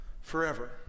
Forever